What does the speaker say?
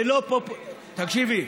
תקשיבי,